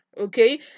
okay